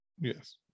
Yes